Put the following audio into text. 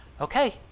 Okay